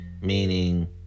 meaning